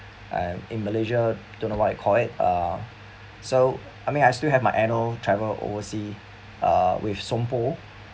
uh in malaysia don't know what I call it uh so I mean I still have my annual travel oversea uh with Sompo